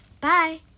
Bye